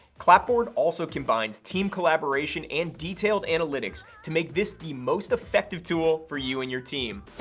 clapboard also combines team collaboration and detailed analytics to make this the most effective tool for you and your team!